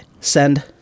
send